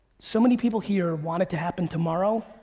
so many people here wanna it to happen tomorrow.